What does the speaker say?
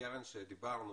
קרן, שדיברנו,